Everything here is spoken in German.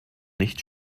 nicht